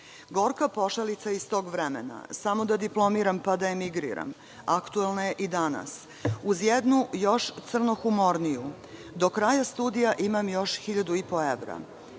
Gorka pošalica iz tog vremena: „Samo da diplomiram, pa da emigriram“ aktuelna je i danas, uz jednu još crnohumorniju: „Do kraja studija imam još 1.500 evra“.Da